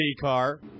car